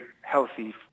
healthy